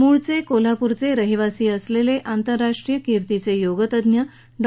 मुळचे कोल्हापूरचे रहिवासी असलेले आंतरराष्ट्रीय किर्तीचे योगतज्ञ डॉ